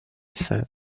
said